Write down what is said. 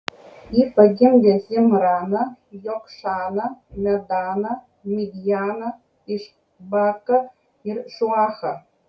ji pagimdė zimraną jokšaną medaną midjaną išbaką ir šuachą